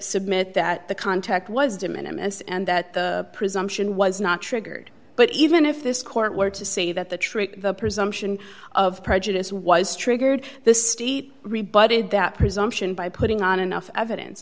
submit that the contact was de minimus and that the presumption was not triggered but even if this court were to say that the trick the presumption of prejudice was triggered the state rebut in that presumption by putting on enough evidence